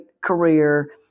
career